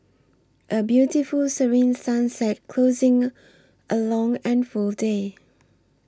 a beautiful serene sunset closing a long and full day